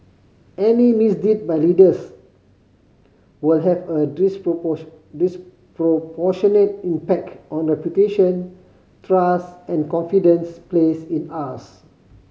any misdeed by leaders will have a disproportionate impact on reputation trust and confidence placed in us